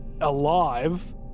alive